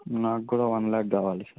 నాకు కూడా వన్ ల్యాక్ కావాలి